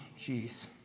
Jeez